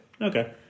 okay